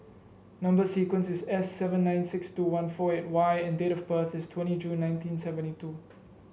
number sequence is S seven nine six two one four eight Y and date of birth is twenty June nineteen seventy two